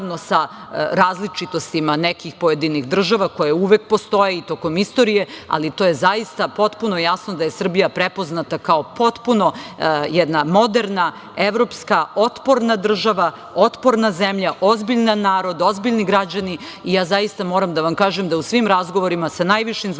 sa različitostima nekih pojedinih država koje uvek postoje, i tokom istorije. To je zaista potpuno jasno da je Srbija prepoznata kao potpuno jedna moderna, evropska, otporna država, otporna zemlja, ozbiljan narod, ozbiljni građani. Zaista, moram da vam kažem da u svim razgovorima sa najvišim zvaničnicima